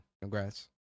Congrats